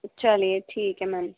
چلیے ٹھیک ہے میم